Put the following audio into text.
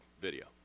video